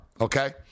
okay